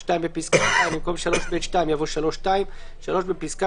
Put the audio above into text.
2. בפסקה (2) במקום 3ב2 יבוא: 3(2); 3. בפסקה